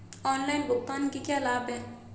Online भुगतान के क्या लाभ हैं?